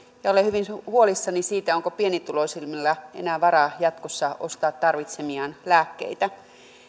ja olen hyvin huolissani siitä onko pienituloisimmilla enää varaa jatkossa ostaa tarvitsemiaan lääkkeitä